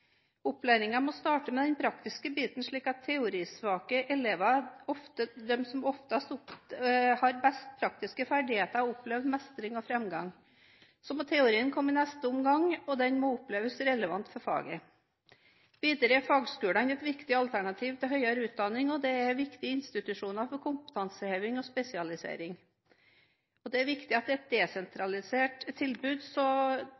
Opplæringen må starte med den praktiske biten, slik at teorisvake elever, de som oftest har best praktiske ferdigheter, opplever mestring og framgang. Så må teorien komme i neste omgang, og den må oppleves relevant for faget. Videre er fagskolene et viktig alternativ til høyere utdanning, og de er viktige institusjoner for kompetanseheving og spesialisering. Det er også viktig at det er et